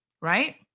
right